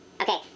okay